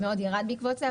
הוא מאוד ירד בעקבות זה.